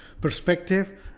perspective